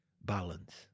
balance